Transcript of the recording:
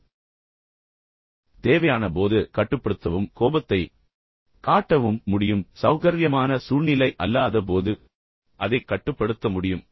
அவர்கள் கட்டுப்படுத்த விரும்பும் போது அவர்களால் கட்டுப்படுத்த முடியும் அவர்கள் கோபத்தைக் காட்ட விரும்பும் போது அவர்கள் கோபத்தைக் காட்ட முடியும் இது கோபத்தைக் காட்டக்கூடிய சூழல் அல்ல என்பதை அவர்கள் அறிந்தால் அதைக் கட்டுப்படுத்த முடியும்